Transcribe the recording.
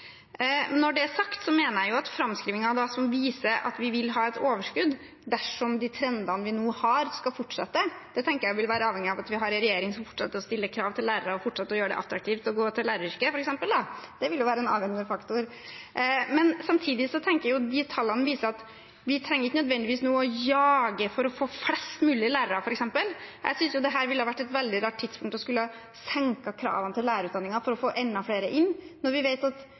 Når det er sagt, mener jeg at framskrivinger som viser at vi vil ha et overskudd dersom de trendene vi nå har, fortsetter, vil være avhengig av at vi har en regjering som fortsetter å stille krav til lærere og fortsetter å gjøre det attraktivt å gå til læreryrket. Det vil være en avgjørende faktor. Samtidig tenker jeg at tallene viser at vi ikke nødvendigvis nå trenger å jage for å få flest mulig lærere, f.eks. Jeg synes dette ville vært et veldig rart tidspunkt å skulle senke kravene til lærerutdanningen for å få enda flere inn, når vi vet at